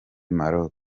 maroc